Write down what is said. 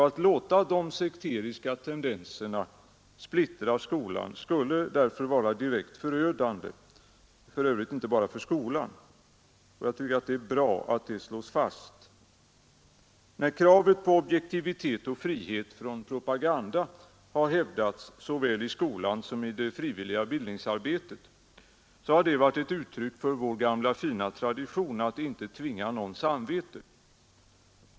Att låta de sekteristiska tendenserna splittra skolan vore därför direkt förödande, för övrigt inte bara för skolan. Det är bra att det slås fast. När kravet på objektivitet och frihet från propaganda har hävdats såväl i skolan som i det frivilliga bildningsarbetet har det varit ett uttryck för vår gamla fina tradition att inte tvinga någons samvete.